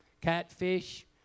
catfish